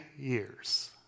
years